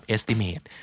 Estimate